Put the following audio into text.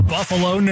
Buffalo